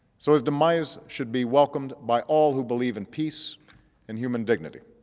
so his demise should be welcomed by all who believe in peace and human dignity.